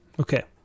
Okay